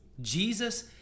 Jesus